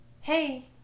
hey